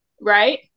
right